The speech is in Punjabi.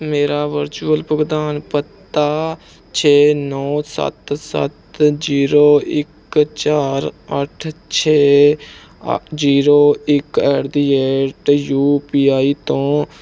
ਮੇਰਾ ਵਰਚੁਅਲ ਭੁਗਤਾਨ ਪਤਾ ਛੇ ਨੌ ਸੱਤ ਸੱਤ ਜੀਰੋ ਇੱਕ ਚਾਰ ਅੱਠ ਛੇ ਜੀਰੋ ਇੱਕ at the rate U P I ਤੋਂ